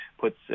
puts